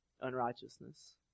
unrighteousness